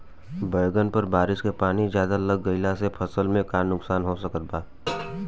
बैंगन पर बारिश के पानी ज्यादा लग गईला से फसल में का नुकसान हो सकत बा?